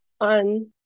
on